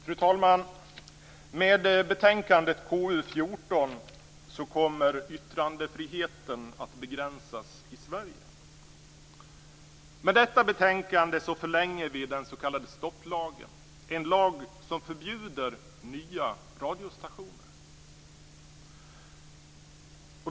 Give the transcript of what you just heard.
Fru talman! Med betänkandet KU14 kommer yttrandefriheten att begränsas i Sverige. Med detta betänkande förlänger vi den s.k. stopplagen, en lag som förbjuder nya radiostationer.